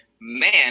man